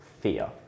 fear